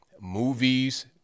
movies